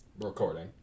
Recording